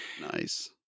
Nice